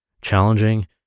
challenging